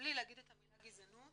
בלי להגיד את המילה "גזענות"